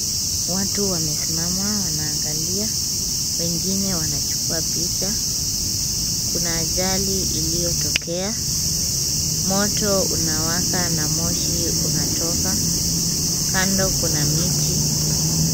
Watu wamesimama wanaangalia, wengine wanachukua picha, kuna ajali iliotokea ,moto unawaka na moshi unatoka. Kando kuna miti.